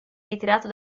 ritirato